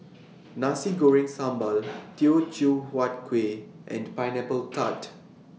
Nasi Goreng Sambal Teochew Huat Kuih and Pineapple Tart